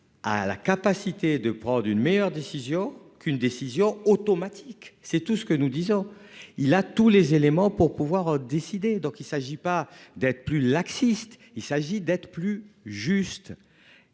A la capacité de prendre une meilleure décision qu'une décision automatique, c'est tout ce que nous disons il a tous les éléments pour pouvoir décider donc il s'agit pas d'être plus laxiste. Il s'agit d'être plus juste.